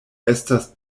estas